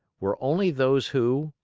were only those who,